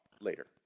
later